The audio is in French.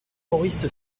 maurice